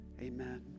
amen